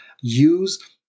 use